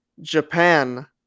japan